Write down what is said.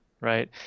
right